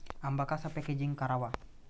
आंबा कसा पॅकेजिंग करावा?